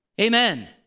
Amen